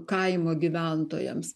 kaimo gyventojams